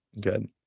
Good